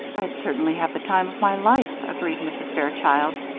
i'd certainly have the time of my life, agreed mrs. fairchild,